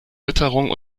witterung